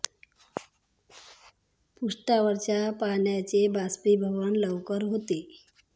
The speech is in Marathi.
पृष्ठावरच्या पाण्याचे बाष्पीभवन लवकर होते